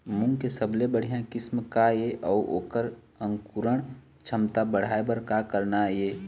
मूंग के सबले बढ़िया किस्म का ये अऊ ओकर अंकुरण क्षमता बढ़ाये बर का करना ये?